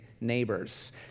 neighbors